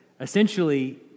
essentially